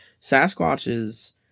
Sasquatches